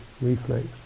reflex